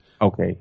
Okay